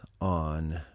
on